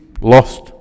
lost